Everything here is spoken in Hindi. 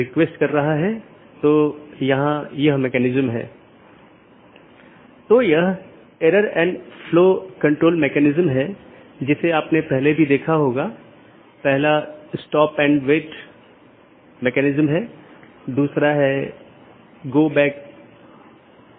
इसलिए अगर हम फिर से इस आंकड़े पर वापस आते हैं तो यह दो BGP स्पीकर या दो राउटर हैं जो इस विशेष ऑटॉनमस सिस्टमों के भीतर राउटरों की संख्या हो सकती है